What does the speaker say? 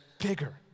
bigger